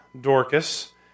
Dorcas